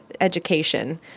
education